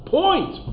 point